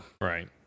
Right